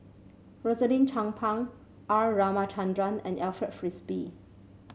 Rosaline Chan Pang R Ramachandran and Alfred Frisby